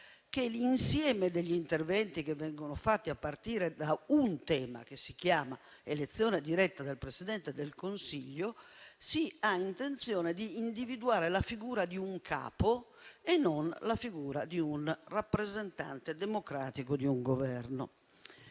che l'insieme degli interventi che vengono fatti a partire da un tema, che si chiama elezione diretta del Presidente del Consiglio, ha intenzione di individuare la figura di un capo e non del rappresentante democratico di un Governo.